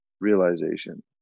realization